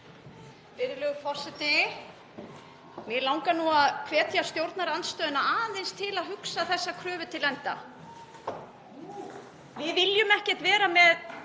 Virðulegur forseti. Mig langar að hvetja stjórnarandstöðuna aðeins til að hugsa þessa kröfu til enda. Við viljum ekkert vera með